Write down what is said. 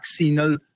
vaccinal